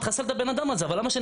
תחסל את הבן אדם הזה,